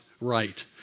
right